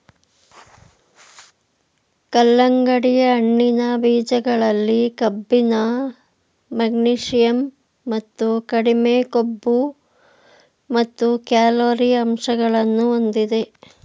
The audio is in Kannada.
ಕಲ್ಲಂಗಡಿ ಹಣ್ಣಿನ ಬೀಜಗಳಲ್ಲಿ ಕಬ್ಬಿಣ, ಮೆಗ್ನೀಷಿಯಂ ಮತ್ತು ಕಡಿಮೆ ಕೊಬ್ಬು ಮತ್ತು ಕ್ಯಾಲೊರಿ ಅಂಶಗಳನ್ನು ಹೊಂದಿದೆ